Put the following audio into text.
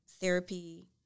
therapy